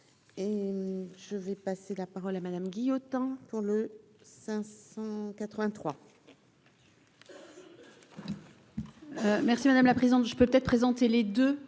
je vais passer la parole à Madame Guigou, autant pour le 583. Merci madame la présidente, je peux te présenter les deux